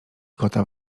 kota